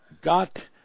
got